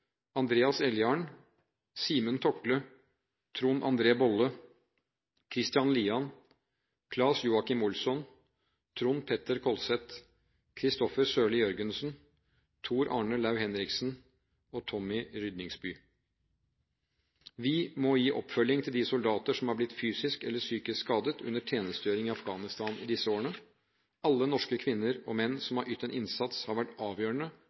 Andreas Eldjarn, Simen Tokle, Trond André Bolle, Christian Lian, Claes Joachim Olsson, Trond Petter Kolset, Kristoffer Sørli Jørgensen, Tor Arne Lau-Henriksen og Tommy Rødningsby. Vi må gi oppfølgning til de soldater som er blitt fysisk eller psykisk skadet under tjenestegjøring i Afghanistan i disse årene. Alle norske kvinner og menn som har ytt en innsats, har vært avgjørende